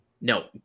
No